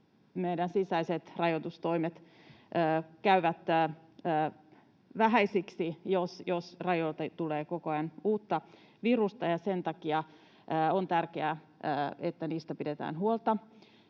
Meidän sisäiset rajoitustoimemme käyvät vähäisiksi, jos rajoilta tulee koko ajan uutta virusta, ja sen takia on tärkeää, että niistä pidetään huolta.